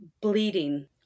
bleeding